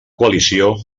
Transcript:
coalició